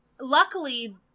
luckily